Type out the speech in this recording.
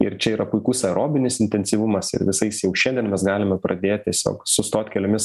ir čia yra puikus aerobinis intensyvumas ir visais jau šiandien mes galime pradėt tiesiog sustot keliomis